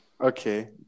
Okay